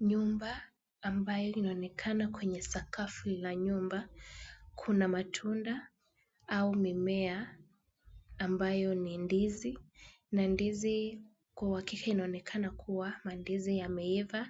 Nyumba ambayo inaonekana kwenye sakafu la nyumba, kuna matunda au mimea ambayo ni ndizi na ndizi kwa uhakika inaonekana kuwa mandizi yameiva